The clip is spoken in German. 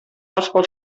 passwort